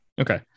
Okay